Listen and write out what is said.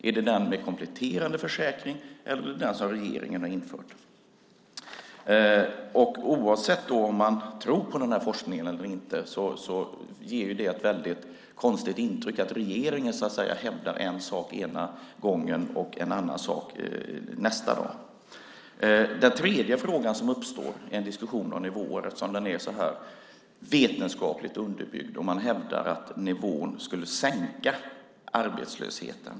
Är det den med kompletterande försäkring eller den som regeringen har infört? Oavsett om man tror på forskningen eller inte ger det ett konstigt intryck att regeringen hävdar en sak ena gången och en annan sak nästa gång. Det uppstår en ytterligare fråga när det gäller diskussionen om nivån eftersom den är så vetenskapligt underbyggd. Man hävdar att en sänkning av nivån skulle sänka arbetslösheten.